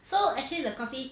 so actually the coffee